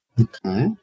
Okay